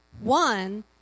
One